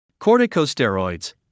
Corticosteroids